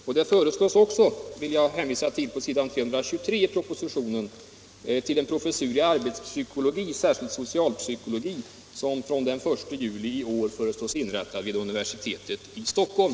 Jag vill också hänvisa till s. 323 i propositionen, där det talas om en professur i arbetspsykologi, särskilt socialpsykologi, som från den 1 juli i år föreslås inrättad vid universitetet i Stockholm.